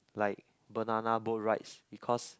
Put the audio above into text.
like banana boat rides because